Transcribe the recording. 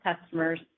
customers